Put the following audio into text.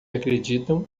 acreditam